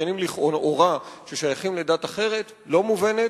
עבריינים לכאורה ששייכים לדת אחרת לא מובנת,